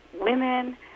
women